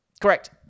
Correct